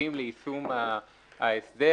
חשובים ליישום ההסדר.